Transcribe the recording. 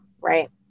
right